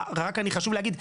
רק אני חשוב לי להגיד,